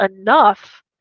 enough